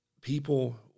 people